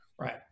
Right